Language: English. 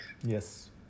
Yes